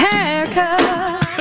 Haircut